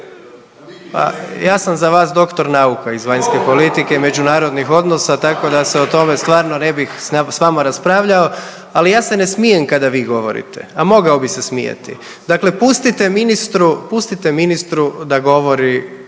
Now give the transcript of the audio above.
ja sam za vas doktor nauka iz vanjske politike i međunarodnih odnosa, tako da se o tome stvarno ne bih s vama raspravljao, ali ja se ne smijem kada vi govorite, a mogao bi se smijati. Dakle, pustite ministru, pustite